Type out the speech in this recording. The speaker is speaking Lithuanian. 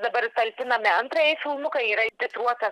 dabar talpiname antrąjį filmuką yra titruotas